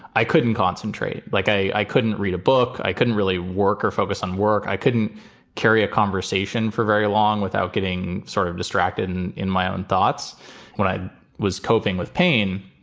i couldn't concentrate. like, i, i couldn't read a book. i couldn't really work or focus on work. i couldn't carry a conversation for very long without getting sort of distracted in in my own thoughts when i was coping with pain.